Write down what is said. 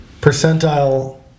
percentile